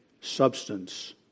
substance